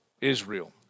Israel